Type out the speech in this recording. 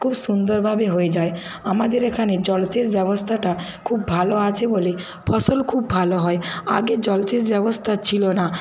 খুব সুন্দরভাবে হয়ে যায় আমাদের এখানে জলসেচ ব্যবস্থাটা খুব ভালো আছে বলে ফসল খুব ভালো হয় আগে জলসেচ ব্যবস্থা ছিল না